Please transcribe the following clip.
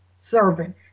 serving